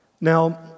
Now